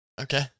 Okay